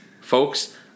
Folks